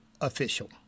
official